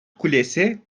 kulesi